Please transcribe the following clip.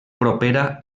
propera